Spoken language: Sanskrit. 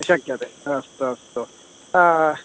शक्यते ह अस्तु अस्तु